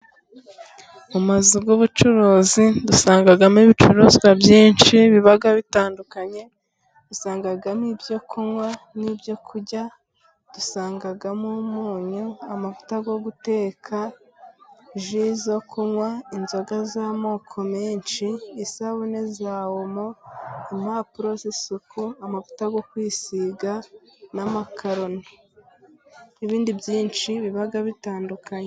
Mu mazu y'ubucuruzi dusangamo ibicuruzwa byinshi biba bitandukanye. Dusangamo ibyo kunywa n'ibyo kurya. Dusangamo umunyu, amavuta yo guteka, ji zo kunywa, inzoga z'amoko menshi, isabune za omo, impapuro z'isuku, amavuta yo kwisiga, n'amakaroni n'ibindi byinshi biba bitandukanye.